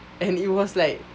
and it was like